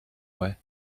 way